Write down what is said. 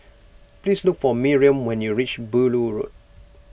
please look for Miriam when you reach Beaulieu Road